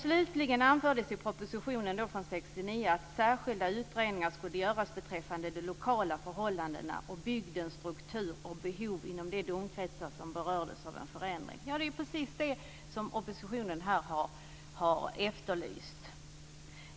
Slutligen anfördes i propositionen från 1969 att särskilda utredningar skulle göras beträffande de lokala förhållandena och bygdens struktur och behov inom de domkretsar som berördes av en förändring. Det är precis det som oppositionen här har efterlyst.